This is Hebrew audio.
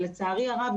לצערי הרב,